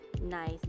Nice